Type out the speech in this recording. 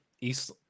East